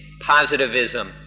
positivism